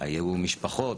היו משפחות.